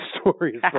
stories